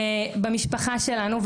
במשפחה שלנו,